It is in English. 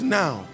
now